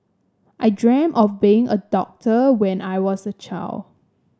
I dreamt of being a doctor when I was a child